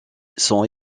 sont